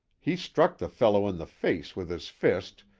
he struck the fellow in the face with his fist,